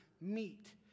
meet